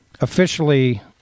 officially